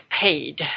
paid